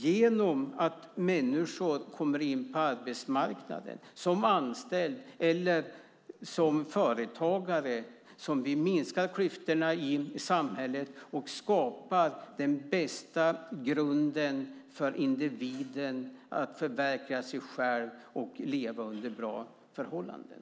Genom att människor kommer in på arbetsmarknaden som anställda eller som företagare minskar vi klyftorna i samhället och skapar den bästa grunden för individen att förverkliga sig själv och leva under bra förhållanden.